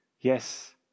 Yes